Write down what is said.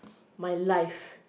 my life